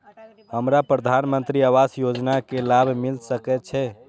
हमरा प्रधानमंत्री आवास योजना के लाभ मिल सके छे?